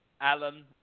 Alan